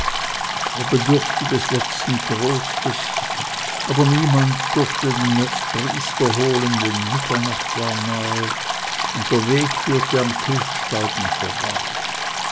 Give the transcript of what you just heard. er bedurfte des letzten trostes aber niemand durfte den priester holen denn mitternacht war nahe und der weg führte am kilchstalden vorbei